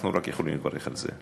אנחנו יכולים רק לברך על זה.